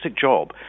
job